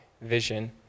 vision